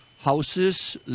houses